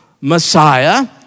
Messiah